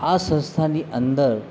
આ સંસ્થાની અંદર